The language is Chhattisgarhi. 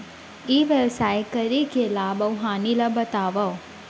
ई व्यवसाय करे के लाभ अऊ हानि ला बतावव?